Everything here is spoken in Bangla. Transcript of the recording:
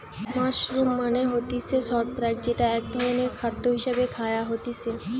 মাশরুম মানে হতিছে ছত্রাক যেটা এক ধরণের খাদ্য হিসেবে খায়া হতিছে